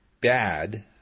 bad